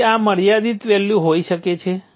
તેથી આ મર્યાદિત વેલ્યુ હોઈ શકે છે